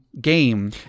game